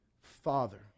father